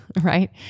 Right